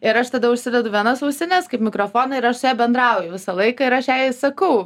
ir aš tada užsidedu vienas ausines kaip mikrofoną ir aš su ja bendrauju visą laiką ir aš jai sakau